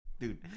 Dude